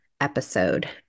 episode